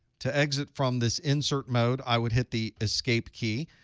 to exit from this insert mode, i would hit the escape key,